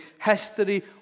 history